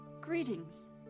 Greetings